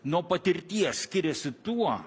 nuo patirties skiriasi tuo